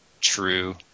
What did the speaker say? True